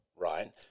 right